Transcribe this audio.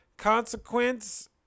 consequence